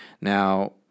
Now